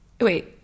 wait